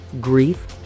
grief